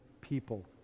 people